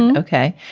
and ok.